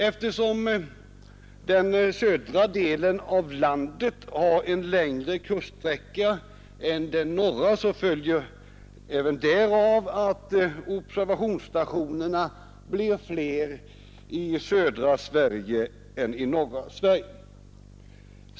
Eftersom den södra delen av landet har en längre kuststräcka än den norra är även av den anledningen observationsstationerna fler i södra Sverige än i norra.